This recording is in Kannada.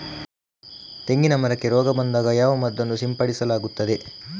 ತೆಂಗಿನ ಮರಕ್ಕೆ ರೋಗ ಬಂದಾಗ ಯಾವ ಮದ್ದನ್ನು ಸಿಂಪಡಿಸಲಾಗುತ್ತದೆ?